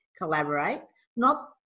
collaborate—not